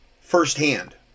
firsthand